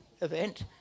event